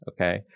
okay